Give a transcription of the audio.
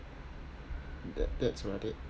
tha~ that's about it